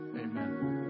amen